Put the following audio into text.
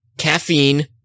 Caffeine